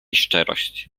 szczerość